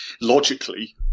logically